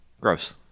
gross